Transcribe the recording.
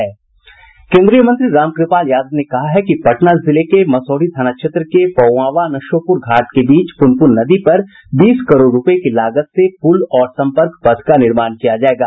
केन्द्रीय मंत्री रामकृपाल यादव ने कहा है कि पटना जिले मसौढ़ी थाना क्षेत्र के पोआवां नशोपुर घाट के बीच पुनपुन नदी पर बीस करोड़ रूपये की लागत से पुल और सम्पर्क पथ का निर्माण किया जायेगा